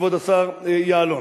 כבוד השר יעלון.